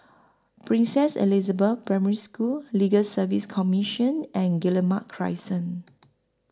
Princess Elizabeth Primary School Legal Service Commission and Guillemard Crescent